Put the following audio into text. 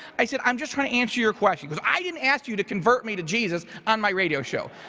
i said, i'm just trying to answer your question. cause i didn't ask you to convert me to jesus on my radio show.